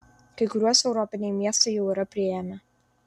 kai kuriuos europiniai miestai jau yra priėmę